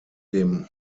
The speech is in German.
dem